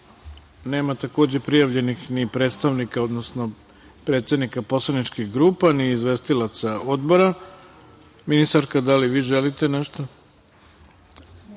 nema takođe prijavljenih predstavnika, odnosno predsednika poslaničkih grupa, kao ni izvestilaca odbora, ministarka, da li vi želite nešto?